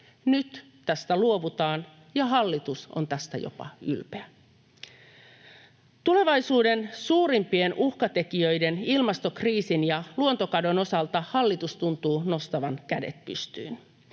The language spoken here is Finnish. Nyt tästä luovutaan, ja hallitus on tästä jopa ylpeä. Tulevaisuuden suurimpien uhkatekijöiden eli ilmastokriisin ja luontokadon osalta hallitus tuntuu nostavan kädet pystyyn.